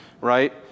right